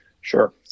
Sure